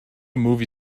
movie